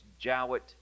Jowett